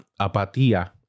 apatía